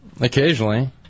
Occasionally